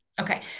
Okay